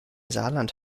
saarland